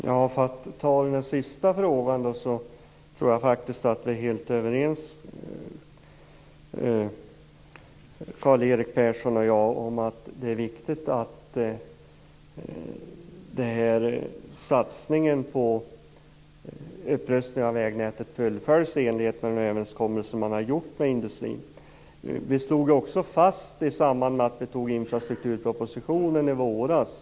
Fru talman! Låt mig ta den sista frågan först. Jag tror faktiskt att vi är helt överens Karl-Erik Persson och jag om att det är viktigt att satsningen på upprustningen av vägnätet fullföljs i enlighet med den överenskommelse som man har gjort med industrin. Vi slog ju också fast det i samband med att vi fattade beslut om infrastrukturpropositionen i våras.